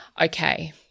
Okay